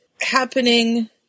happening